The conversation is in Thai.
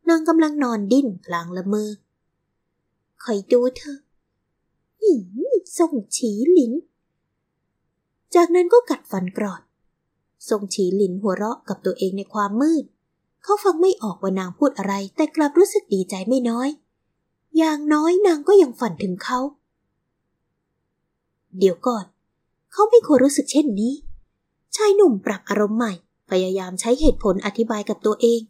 นางกำลังนอนดิ้นพลางละเมอ คอยดูเธอ อี๋ ซ่งฉีหลิน จากนั้นก็กัดฟันกรอด ซ่งฉีหลินหัวเราะกับตัวเองในความมืด เขาฟังไม่ออกว่านางพูดอะไร แต่กลับรู้สึกดีใจไม่น้อย อย่างน้อยนางก็ยังฝันถึงเขา เดี๋ยวก่อน เขาไม่ควรรู้สึกเช่นนี้ ชายหนุ่มปรับอารมณ์ใหม่ พยายามใช้เหตุผลอธิบายกับตัวเอง